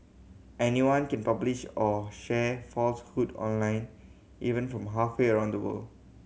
anyone can publish or share falsehood online even from halfway around the world